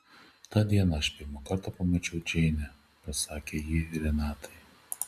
tą dieną aš pirmą kartą pamačiau džeinę pasakė ji renatai